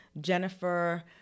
Jennifer